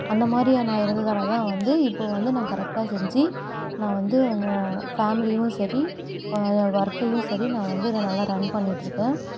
அந்த மாதிரியா நான் இருந்ததால் தான் வந்து இப்போ வந்து நான் கரெக்டாக செஞ்சு நான் வந்து ஃபேமிலியவும் சரி ஒர்க்கையும் சரி நான் வந்து அதை நல்லா ரன் பண்ணிட்டிருக்கேன்